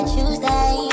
Tuesday